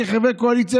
כחברי קואליציה,